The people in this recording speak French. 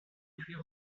cuir